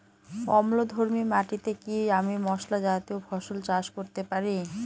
অম্লধর্মী মাটিতে কি আমি মশলা জাতীয় ফসল চাষ করতে পারি?